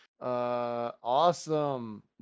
awesome